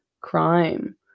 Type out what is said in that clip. crime